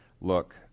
Look